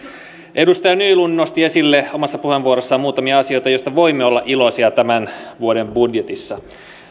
edustaja nylund nosti esille omassa puheenvuorossaan muutamia asioita joista voimme olla iloisia tämän vuoden budjetissa